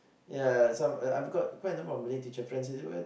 ya some uh I've got quite a number of Malay teacher friends and they were